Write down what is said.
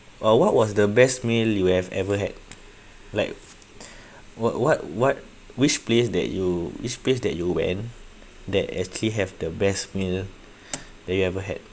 uh what was the best meal you have ever had like what what what which place that you which place that you went that actually have the best meal that you ever had